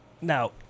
Now